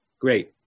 Great